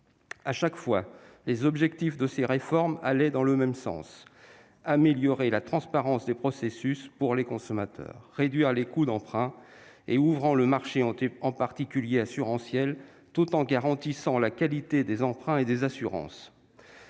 À chaque fois, les objectifs de ces réformes allaient dans le même sens : améliorer la transparence des processus pour les consommateurs, réduire les coûts d'emprunt en ouvrant le marché, en particulier assurantiel, tout en garantissant la qualité des emprunts et des assurances.